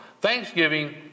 Thanksgiving